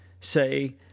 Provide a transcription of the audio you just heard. Say